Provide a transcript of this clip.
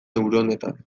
neuronetan